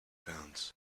pounds